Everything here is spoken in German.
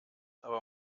aber